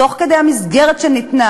תוך כדי המסגרת שניתנה,